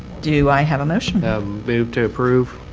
do i have a motion move to approve